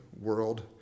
world